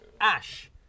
Ash